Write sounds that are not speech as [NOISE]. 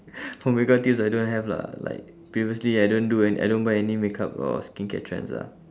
[LAUGHS] for makeup tips I don't have lah like previously I don't do and I don't buy any makeup or skincare trends ah